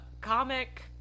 comic